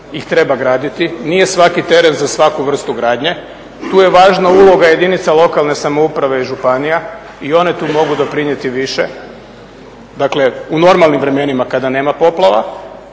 ih treba graditi. Nije svaki teren za svaku vrstu gradnje, tu je važna uloga jedinica lokalne samouprave i županija i one tu mogu doprinijeti više, dakle u normalnim vremenima kada nema poplava